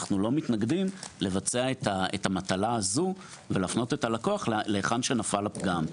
אנחנו לא מתנגדים לבצע את המטלה הזו ולהפנות את הלקוח להיכן שנפל הפגם.